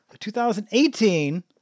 2018